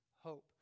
hope